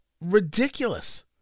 ridiculous